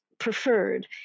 Preferred